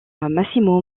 massimo